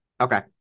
Okay